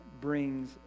brings